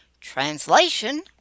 Translation